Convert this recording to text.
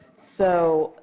so,